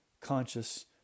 conscious